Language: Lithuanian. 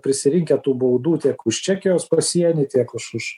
prisirinkę tų baudų tiek už čekijos pasienį tiek už už